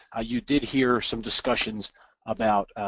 ah you did hear some discussions about